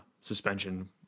suspension